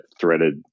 threaded